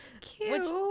Cute